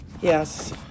Yes